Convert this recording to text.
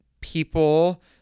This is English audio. people